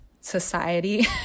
society